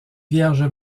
vierge